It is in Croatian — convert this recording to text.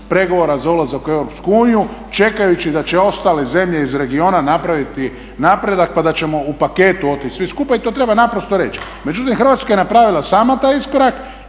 pregovora za ulazak u Europsku uniju čekajući da će ostale zemlje iz regiona napraviti napredak pa da ćemo u paketu otić' svi skupa i to treba naprosto reći. Međutim, Hrvatska je napravila sama taj iskorak